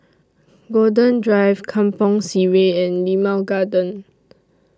Golden Drive Kampong Sireh and Limau Garden